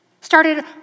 started